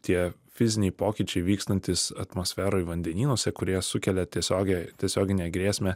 tie fiziniai pokyčiai vykstantys atmosferoj vandenynuose kurie sukelia tiesiogiai tiesioginę grėsmę